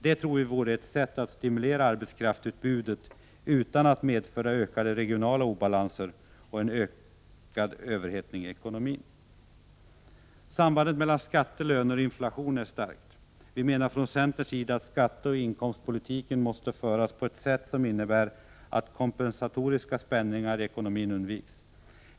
Detta tror vi skulle vara ett sätt att stimulera arbetskraftsutbudet utan att det skulle medföra ökade regionala obalanser och ökad överhettning i ekonomin. Sambandet mellan skatter, löner och inflation är starkt. Centerpartiet menar att skatteoch inkomstpolitiken måste föras på ett sådant sätt att kompensatoriska spänningar i ekonomin undviks.